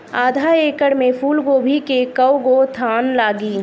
आधा एकड़ में फूलगोभी के कव गो थान लागी?